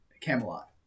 Camelot